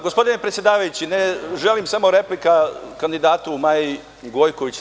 Gospodine predsedavajući, samo repliku kandidatu Maji Gojković.